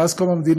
מאז קום המדינה,